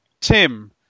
tim